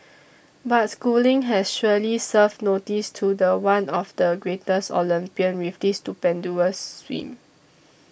but Schooling has surely served notice to the one of the greatest Olympian with this stupendous swim